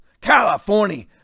California